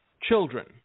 children